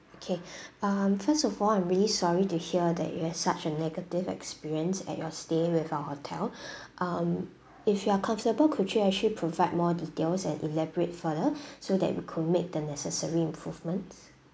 okay um first of all I'm really sorry to hear that you had such a negative experience at your stay with our hotel um if you are comfortable could you actually provide more details and elaborate further so that we could make the necessary improvements